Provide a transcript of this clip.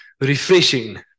refreshing